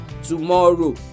tomorrow